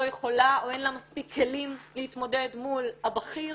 יכולה או אין לה מספיק כלים להתמודד מול הבכיר,